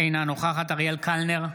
אינה נוכחת אריאל קלנר,